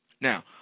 Now